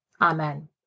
Amen